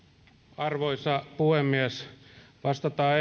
arvoisa puhemies vastataan